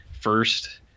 first